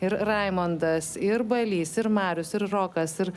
ir raimundas ir balys ir marius ir rokas ir